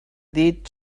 دید